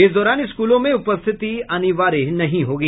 इस दौरान स्कूलों में उपस्थिति अनिवार्य नहीं होगी